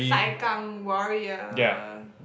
Sai-Kang Warrior